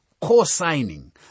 Co-signing